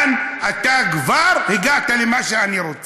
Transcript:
כאן אתה כבר הגעת למה שאני רוצה.